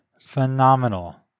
phenomenal